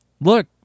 look